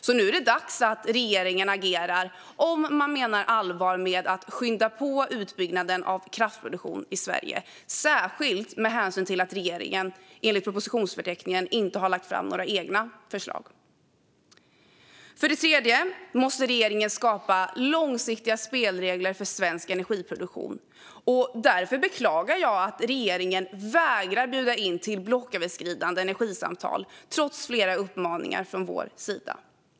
Så nu är det dags att regeringen agerar om den menar allvar med att skynda på utbyggnaden av kraftproduktion i Sverige, särskilt med hänsyn till att regeringen enligt propositionsförteckningen inte har lagt fram några egna förslag. För det tredje måste regeringen skapa långsiktiga spelregler för svensk energiproduktion. Därför beklagar jag att regeringen vägrar bjuda in till blocköverskridande energisamtal, trots flera uppmaningar från vår sida.